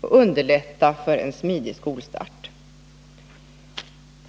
och underlätta en smidig skolstart.